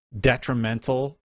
detrimental